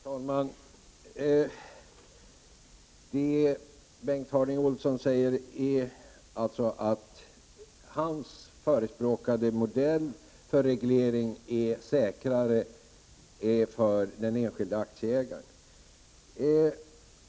Herr talman! Bengt Harding Olson säger alltså att hans förespråkade modell för reglering är säkrare för den enskilde aktieägaren.